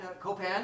Copan